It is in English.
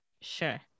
sure